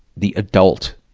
the adult,